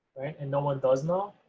and no one does know.